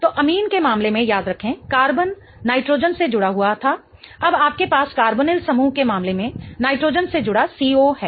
तो अमीन के मामले में याद रखें कार्बन नाइट्रोजन से जुड़ा हुआ था अब आपके पास कार्बोनिल समूह के मामले में नाइट्रोजन से जुड़ा CO है